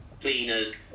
cleaners